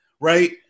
right